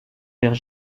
vers